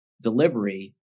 delivery